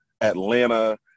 Atlanta